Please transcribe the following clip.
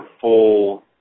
full